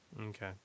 Okay